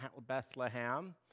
Bethlehem